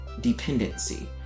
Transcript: dependency